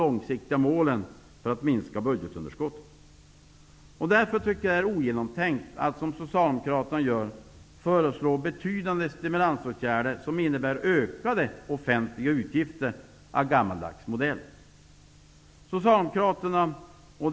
Oavsett om det är stadsbygd eller landsbygd, norr eller söder, måste vi skapa likvärdiga förutsättningar för arbete, utbildning, företagande, kommunikationer, välfärd, osv.